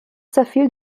zerfiel